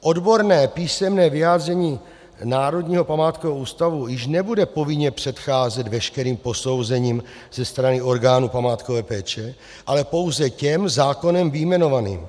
Odborné písemné vyjádření Národního památkového ústavu již nebude povinně předcházet veškerým posouzením ze strany orgánů památkové péče, ale pouze těm zákonem vyjmenovaným.